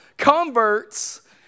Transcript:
Converts